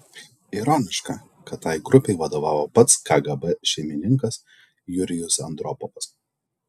ironiška kad tai grupei vadovavo pats kgb šeimininkas jurijus andropovas